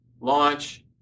launch